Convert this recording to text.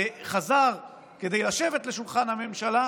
חזר כדי לשבת לשולחן הממשלה,